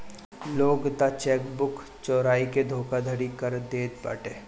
लोग तअ चेकबुक चोराई के धोखाधड़ी कर देत बाटे